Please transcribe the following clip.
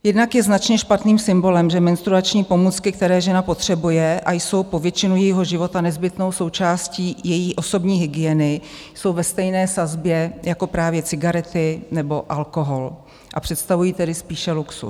Jednak je značně špatným symbolem, že menstruační pomůcky, které žena potřebuje a jsou po většinu jejího života nezbytnou součástí její osobní hygieny, jsou ve stejné sazbě jako právě cigarety nebo alkohol, a představují tedy spíše luxus.